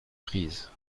prise